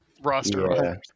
roster